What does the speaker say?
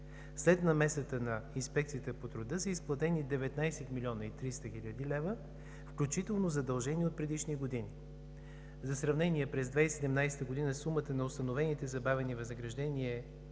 След намесата на Инспекцията по труда са изплатени 19 млн. 300 хил. лв. включително задължения от предишни години. За сравнение през 2017 г. сумата на установените забавени възнаграждения